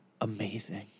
amazing